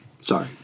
Sorry